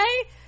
okay